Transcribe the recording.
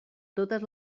totes